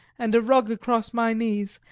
and a rug across my knees,